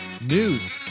News